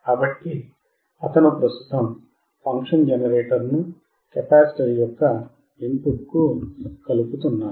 కాబట్టి అతను ప్రస్తుతం ఫంక్షన్ జెనరేటర్ను కెపాసిటర్ యొక్క ఇన్ పుట్కు కలుపుతున్నాడు